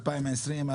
2020,